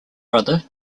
brother